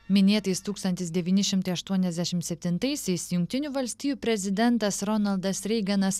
minėtais tūkstantis devyni šimtai aštuoniasdešimt septintaisiais jungtinių valstijų prezidentas ronaldas reiganas